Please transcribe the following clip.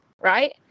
right